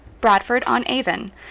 Bradford-on-Avon